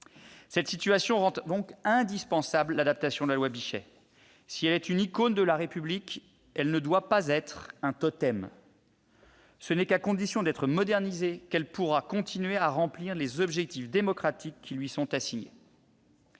Cette situation rend donc indispensable l'adaptation de la loi Bichet. Si celle-ci est une icône de la République, elle ne doit pas en être un totem ; ce n'est qu'à condition d'être modernisée qu'elle pourra continuer à remplir les objectifs démocratiques qui lui sont assignés.